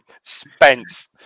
Spence